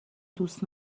دوست